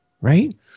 right